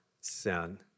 sin